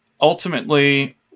ultimately